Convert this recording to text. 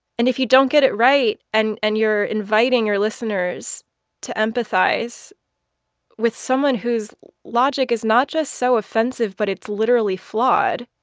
and if you don't get it right and and you're inviting your listeners to empathize with someone whose logic is not just so offensive but it's literally flawed,